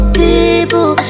people